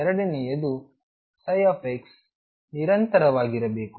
ಎರಡನೆಯದು ψ ನಿರಂತರವಾಗಿರಬೇಕು